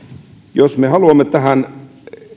jos me haluamme